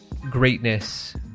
greatness